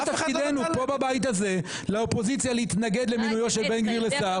פה בבית הזה האופוזיציה יכולה להתנגד למינויו של בן גביר לשר,